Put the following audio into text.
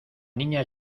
niña